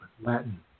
Latin